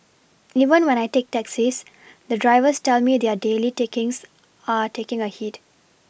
even when I take taxis the drivers tell me their daily takings are taking a hit